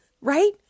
right